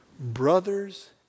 Brothers